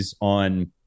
on